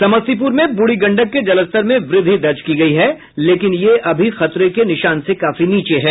समस्तीपुर में बुढ़ी गंडक के जलस्तर में वृद्धि दर्ज की गयी है लेकिन ये अभी खतरे के निशान से काफी नीचे है